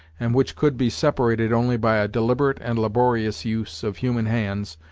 and which could be separated only by a deliberate and laborious use of human hands,